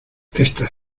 ésta